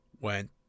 went